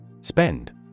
Spend